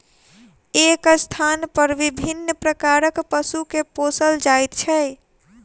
एक स्थानपर विभिन्न प्रकारक पशु के पोसल जाइत छै